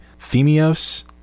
Femios